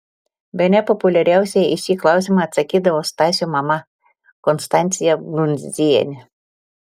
bene populiariausiai į šį klausimą atsakydavo stasio mama konstancija brundzienė